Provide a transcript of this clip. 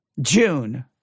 June